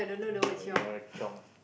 oh you don't want to chiong